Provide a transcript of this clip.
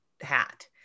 hat